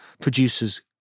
producers